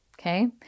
okay